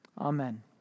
Amen